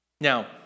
Now